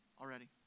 already